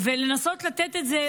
ולנסות לתת את זה,